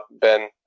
Ben